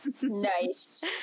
Nice